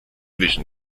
vision